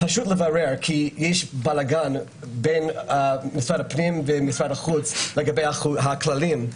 צריך לברר כי יש בלגן בין משרד הפנים ומשרד החוץ לגבי הכללים.